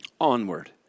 onward